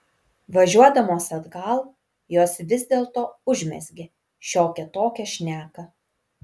važiuodamos atgal jos vis dėlto užmezgė šiokią tokią šneką